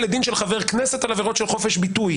לדין של חבר כנסת על עבירות של חופש ביטוי.